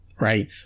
right